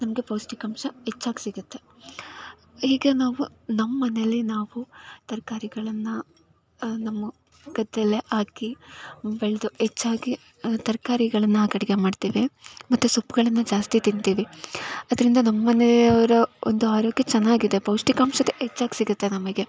ನಮಗೆ ಪೌಷ್ಠಿಕಾಂಶ ಹೆಚ್ಚಾಗಿ ಸಿಗುತ್ತೆ ಈಗ ನಾವು ನಮ್ಮನೆಯಲ್ಲೇ ನಾವು ತರಕಾರಿಗಳನ್ನ ನಮ್ಮ ಗದ್ದೆಯಲ್ಲಿಯೇ ಹಾಕಿ ಬೆಳೆದು ಹೆಚ್ಚಾಗಿ ನಾವು ತರಕಾರಿಗಳನ್ನ ಹಾಕಿ ಅಡುಗೆ ಮಾಡ್ತೀವಿ ಮತ್ತು ಸೊಪ್ಪುಗಳನ್ನು ಜಾಸ್ತಿ ತಿಂತೀವಿ ಅದರಿಂದ ನಮ್ಮನೆಯವರ ಒಂದು ಆರೋಗ್ಯ ಚೆನ್ನಾಗಿದೆ ಪೌಷ್ಠಿಕಾಂಶತೆ ಹೆಚ್ಚಾಗಿ ಸಿಗುತ್ತೆ ನಮಗೆ